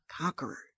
conqueror